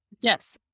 yes